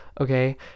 Okay